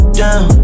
down